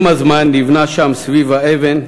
עם הזמן נבנה שם, סביב האבן,